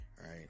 Right